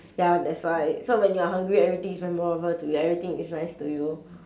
ya that's why so when you're hungry everything is memorable to you everything is nice to you